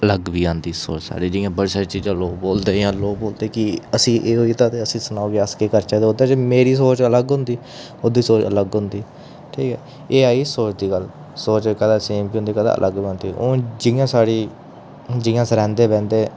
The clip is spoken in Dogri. अलग बी आंदी सोच साढ़ी जि'यां बड़ी सारी चीजां लोग बोलदे इ'यां लोग बोलदे की एह्दा असें गी सनाओ कि अस केह् करचै ते ओह्दे च मेरी सोच अलग होंदी ते ओह्दी सोच अलग होंदी ठीक ऐ एह् आई सोच दी गल्ल सोच कदें सेम बी होंदी ते कदें अलग बी होंदी हून जि'यां साढ़ी हून जि'यां अस रौहंदे बौहंदे